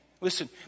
Listen